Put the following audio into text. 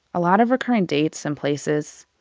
a lot of recurring dates and places.